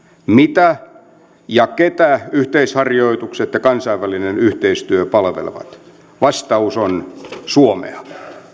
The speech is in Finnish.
mitä ja ketä yhteisharjoitukset ja kansainvälinen yhteistyö palvelevat vastaus on suomea